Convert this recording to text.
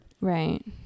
Right